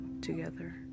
together